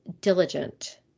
diligent